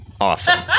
Awesome